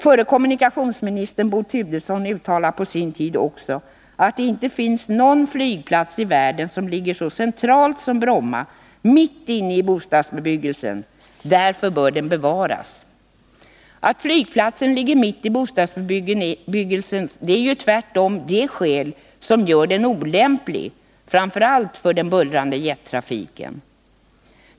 Förre kommunikationsministern Bo Turesson uttalade på sin tid, att det inte finns någon flygplats i världen som ligger så centralt som Bromma — mitt inne i bostadsbebyggelsen — och att Bromma därför bör bevaras. Att flygplatsen ligger mitt i bostadsbebyggelsen är ju tvärtom ett förhållande som gör den olämplig, framför allt för den bullrande jettrafiken.